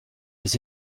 les